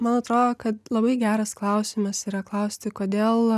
man atrodo kad labai geras klausimas yra klausti kodėl